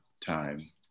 time